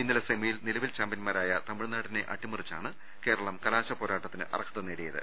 ഇന്നലെ സെമിയിൽ നിലവിൽ ചാമ്പ്യൻമാരായ തമിഴ്നാടിനെ അട്ടിമ റിച്ചാണ് കേരളം കലാശപ്പോരാട്ടത്തിന് അർഹത നേടിയത്